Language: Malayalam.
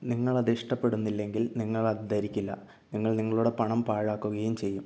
നിങ്ങളത് ഇഷ്ടപ്പെടുന്നില്ലെങ്കിൽ നിങ്ങളത് ധരിക്കില്ല നിങ്ങൾ നിങ്ങളുടെ പണം പാഴാക്കുകയും ചെയ്യും